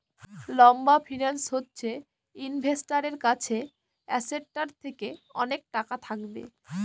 লম্বা ফিন্যান্স হচ্ছে ইনভেস্টারের কাছে অ্যাসেটটার থেকে অনেক টাকা থাকবে